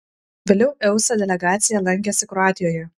vėliau eusa delegacija lankėsi kroatijoje